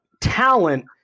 talent